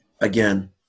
again